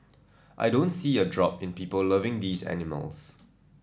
I don't see a drop in people loving these animals